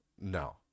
No